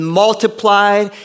multiplied